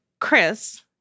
Chris